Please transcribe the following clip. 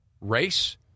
race